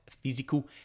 physical